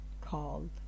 called